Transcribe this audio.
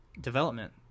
development